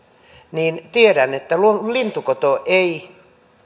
niin tiedän että lintukoto ei